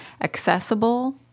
accessible